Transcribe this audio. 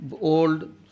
Old